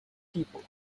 people